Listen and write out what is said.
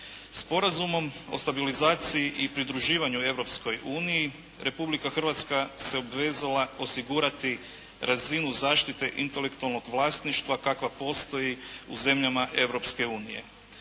Sporazumom o stabilizaciji i pridruživanju Europskoj uniji Republika Hrvatska se obvezala osigurati razinu zaštite intelektualnog vlasništva kakva postoji u zemljama